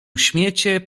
śmiecie